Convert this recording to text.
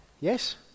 Yes